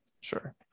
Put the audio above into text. sure